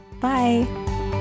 Bye